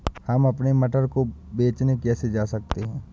हम अपने मटर को बेचने कैसे जा सकते हैं?